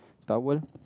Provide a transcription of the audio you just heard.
towel